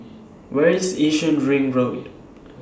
Where IS Yishun Ring Road